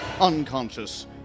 unconscious